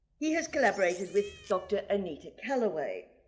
he has collaborated with dr. anita calloway,